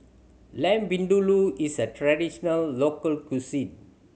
Lamb Vindaloo is a traditional local cuisine